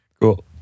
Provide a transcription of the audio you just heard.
Cool